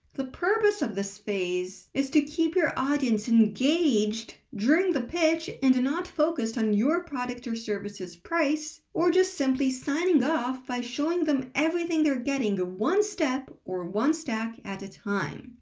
the purpose of this phase is to keep your audience engaged during the pitch and not focused on your product or service's price or just simply signing off by showing them everything they're getting one step, or one stack, at a time.